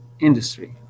industry